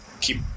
keep